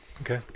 Okay